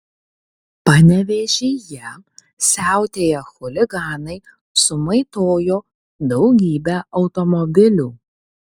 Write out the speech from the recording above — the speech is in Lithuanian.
panevėžyje siautėję chuliganai sumaitojo daugybę automobilių